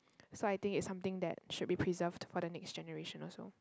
so I think it's something that should be preserved for the next generation also